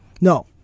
No